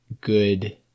good